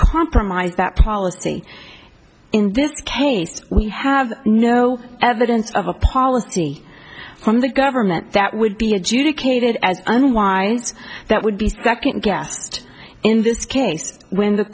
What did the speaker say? compromise that policy in this case we have no evidence of a policy from the government that would be adjudicated as unwinds that would be second guessed in this case when the